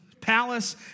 palace